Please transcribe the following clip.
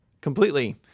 Completely